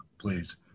please